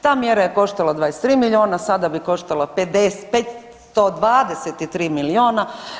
Ta mjera je koštala 23 milijuna, sada bi koštala 523 milijuna.